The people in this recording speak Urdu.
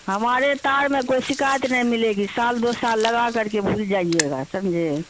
ہمارے تار میں کوئی شکایت نہیں ملے گی سال دو سال لگا کر کے بھول جائیے گا سمجھے